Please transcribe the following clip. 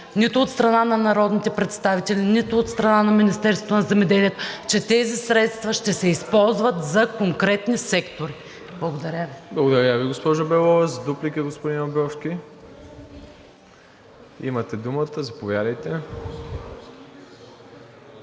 нито от страна на народните представители, нито от страна на Министерството на земеделието, че тези средства ще се използват за конкретни сектори. Благодаря Ви. ПРЕДСЕДАТЕЛ МИРОСЛАВ ИВАНОВ: Благодаря Ви, госпожо Белова. За дуплика, господин Абровски – имате думата, заповядайте.